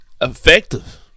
effective